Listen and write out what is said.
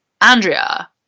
andrea